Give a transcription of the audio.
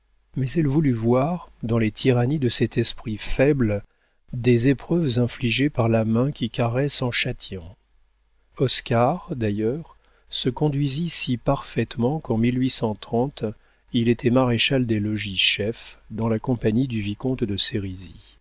mais elle voulut voir dans les tyrannies de cet esprit faible des épreuves infligées par la main qui caresse en châtiant oscar d'ailleurs se conduisit si parfaitement qu'en il était maréchal des logis chef dans la compagnie du vicomte de